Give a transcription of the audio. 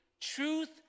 truth